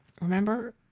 Remember